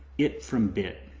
it from bid.